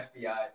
FBI